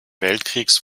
weltkriegs